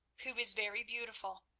who is very beautiful.